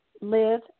Live